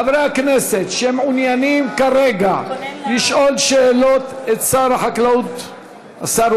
חברי הכנסת שמעוניינים כרגע לשאול שאלות את שר החקלאות ופיתוח הכפר,